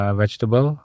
vegetable